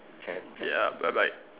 ya bye bye